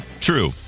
True